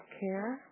care